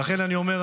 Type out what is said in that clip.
ולכן אני אומר,